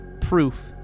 proof